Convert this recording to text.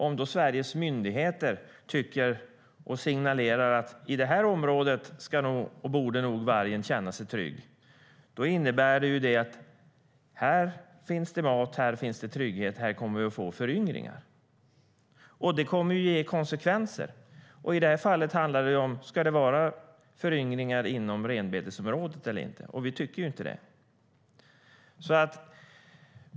Om då Sveriges myndigheter signalerar att vargen borde känna sig trygg i ett visst område innebär det att det finns mat och trygghet där och att vi kommer att få föryngringar. Det kommer att ge konsekvenser. I det här fallet är frågan om det ska vara föryngringar inom renbetesområdet eller inte. Vi tycker inte det.